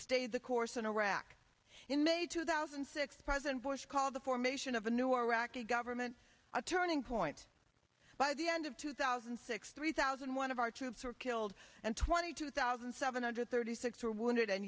stayed the course in iraq in a two thousand and six president bush called the formation of a new iraqi government a turning point by the end of two thousand and six three thousand one of our troops were killed and twenty two thousand seven hundred thirty six were wounded and